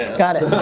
got it.